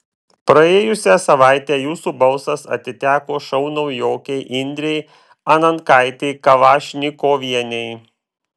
praėjusią savaitę jūsų balsas atiteko šou naujokei indrei anankaitei kalašnikovienei